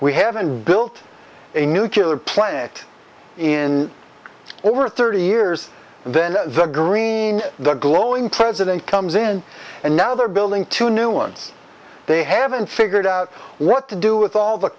we haven't built a nuclear plant in over thirty years and then the green glowing president comes in and now they're building two new ones they haven't figured out what to do with all the